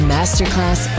Masterclass